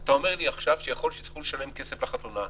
אתה אומר לי שיכול להיות שיצטרכו לשלם כסף לחתונה,